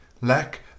Lack